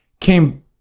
came